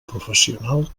professional